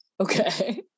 okay